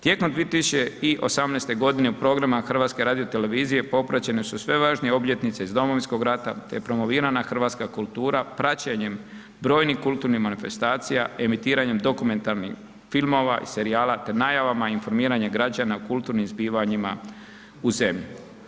Tijekom 2018. godine u programu HRT-a popraćene su sve važnije obljetnice iz Domovinskog rata te je promovirana hrvatska kultura praćenjem brojnih kulturnih manifestacija, emitiranjem dokumentarnih filmova i serijala t enajavama informiranje građana u kulturnim zbivanjima u zemlji.